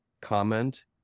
comment